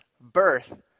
birth